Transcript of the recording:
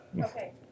Okay